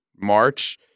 March